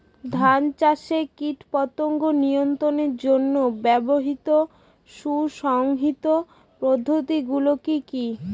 ধান চাষে কীটপতঙ্গ নিয়ন্ত্রণের জন্য ব্যবহৃত সুসংহত পদ্ধতিগুলি কি কি?